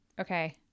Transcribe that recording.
Okay